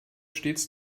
stets